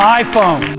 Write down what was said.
iPhone